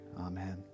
Amen